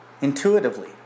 Intuitively